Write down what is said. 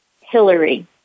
Hillary